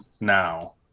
now